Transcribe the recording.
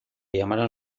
llamaron